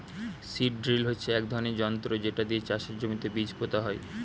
seed drill হচ্ছে এক ধরনের যন্ত্র যেটা দিয়ে চাষের জমিতে বীজ পোতা হয়